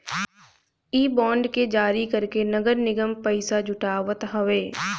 इ बांड के जारी करके नगर निगम पईसा जुटावत हवे